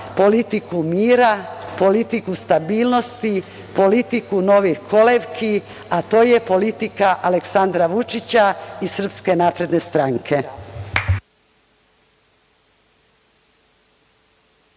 politiku mira, politiku stabilnosti, politiku novih kolevki, a to je politika Aleksandra Vučića i SNS. **Elvira